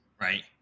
right